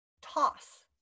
toss